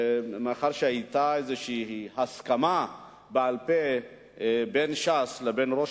מאחר שהיתה איזו הסכמה בעל-פה בין ש"ס לבין ראש